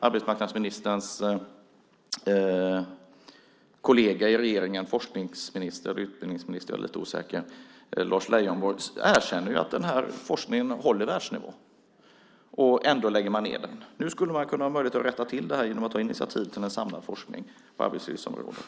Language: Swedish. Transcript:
Arbetsmarknadsministerns kollega i regeringen, forskningsminister eller utbildningsminister - jag är osäker på vilket - Lars Leijonborg, erkänner att den här forskningen ligger på världsnivå. Ändå lägger man ned den. Nu skulle man ha möjlighet att rätta till det genom att ta initiativ till en samlad forskning på arbetslivsområdet.